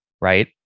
right